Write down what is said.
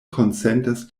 konsentas